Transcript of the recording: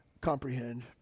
comprehend